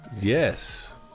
Yes